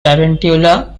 tarantula